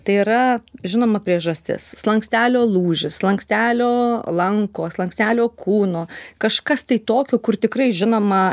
tai yra žinoma priežastis slankstelio lūžis slankstelio lanko slankstelio kūno kažkas tai tokio kur tikrai žinoma